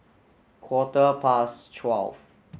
quarter past twelve